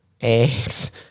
eggs